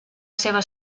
seva